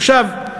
עכשיו,